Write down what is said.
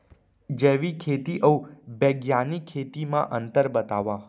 जैविक खेती अऊ बैग्यानिक खेती म अंतर बतावा?